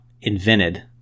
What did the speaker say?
invented